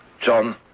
John